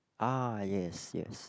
ah yes yes